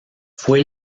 fue